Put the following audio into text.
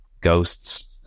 ghosts